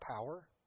power